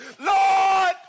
Lord